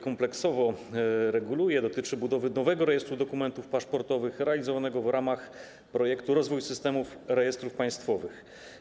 Kompleksowo reguluje i dotyczy budowy nowego Rejestru Dokumentów Paszportowych realizowanego w ramach projektu „Rozwój Systemu Rejestrów Państwowych”